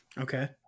Okay